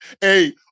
hey